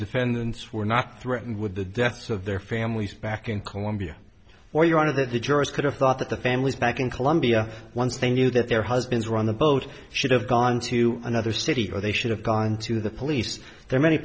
defendants were not threatened with the deaths of their families back in colombia or you're out of it the tourist could have thought that the families back in colombia once they knew that their husbands were on the boat should have gone to another city or they should have gone to the police there